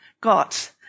got